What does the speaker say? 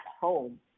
home